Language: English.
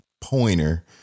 pointer